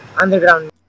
underground